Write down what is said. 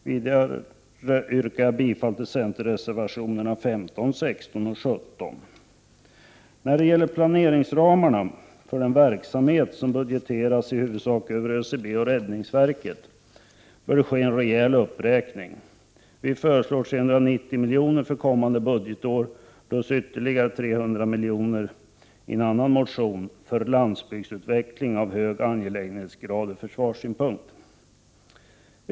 Vidare yrkar jag bifall till centerreservationerna 15, 16 och 17. När det gäller planeringsramarna för den verksamhet som budgeteras över i huvudsak ÖCB och räddningsverket bör det ske en rejäl uppräkning. Vi föreslår 390 miljoner för kommande budgetår, plus ytterligare 300 miljoner i en annan motion, för landsbygdsutveckling av ur försvarssynpunkt hög angelägenhetsgrad.